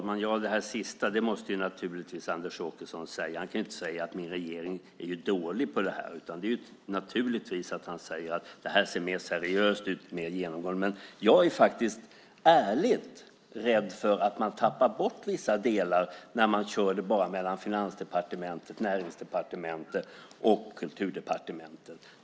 Fru talman! Det sista måste naturligtvis Anders Åkesson säga. Han kan inte säga att hans regering är dålig på det här. Han säger naturligtvis att det här ser mer seriöst ut. Men jag är faktiskt ärligt rädd för att man tappar bort vissa delar när man bara kör mellan Finansdepartementet, Näringsdepartementet och Kulturdepartementet.